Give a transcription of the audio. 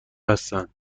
هستند